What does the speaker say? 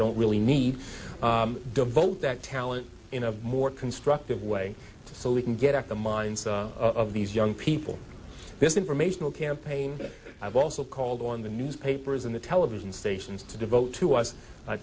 don't really need devote that talent in a more constructive way so we can get at the minds of these young people this informational campaign i've also called on the newspapers and the television stations to devote to us